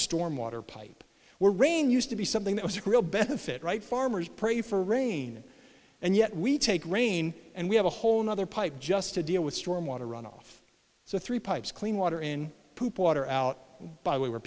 storm water pipe where rain used to be something that was a real benefit right farmers pray for rain and yet we take rain and we have a whole nother pipe just to deal with storm water runoff so three pipes clean water in water out by we were